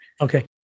Okay